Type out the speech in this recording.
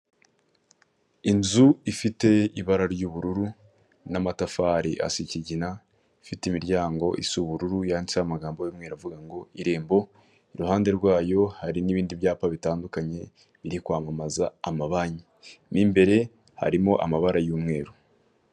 Inzu ifite ibara ry'ubururu n'amatafari asa ikigina ifite imiryango isa ubururu yanditseho amagambo y'umweru avuga ngo Irembo, iruhande rwayo hari n'ibindi byapa bitandukanye biri kwamamaza amabanki, mo imbere harimo amabara y'umweru.